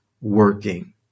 working